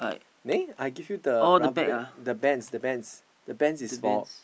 there I give you the rubber bands the band the bands the bands is for